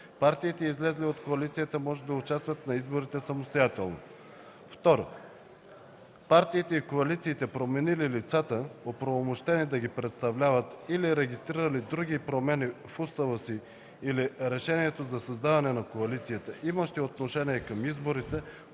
партиите, излезли от коалицията, може да участват на изборите самостоятелно; 2. партиите и коалициите, променили лицата, оправомощени да ги представляват, или регистрирали други промени в устава си или решението за създаване на коалицията, имащи отношение към изборите,